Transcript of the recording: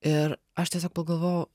ir aš tiesiog pagalvojau